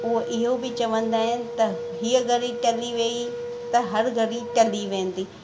उहे इहो बि चवंदा आहिनि त हीअं घड़ी टली वई त हर घड़ी टली वेंदी